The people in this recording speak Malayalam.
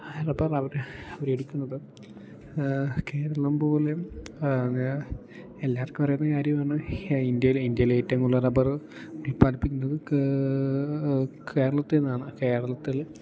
റബ്ബർ അവർ അവർ എടുക്കുന്നത് കേരളം പോലെ എല്ലാവർക്കും അറിയാവുന്ന കാര്യമാണ് ഇന്ത്യയിൽ ഇന്ത്യയിൽ ഏറ്റവും കൂടുതൽ റബ്ബറ് ഉല്പാദിപ്പിക്കുന്നത് കേരളത്തിൽ നിന്നാണ് കേരളത്തിൽ